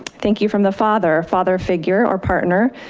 thank you from the father, father figure or partner,